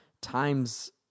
times